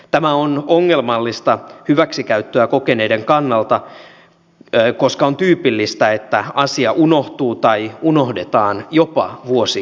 tämä on ongelmallista hyväksikäyttöä kokeneiden kannalta koska on tyypillistä että asia unohtuu tai unohdetaan jopa vuosikymmeniksi